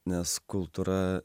nes kultūra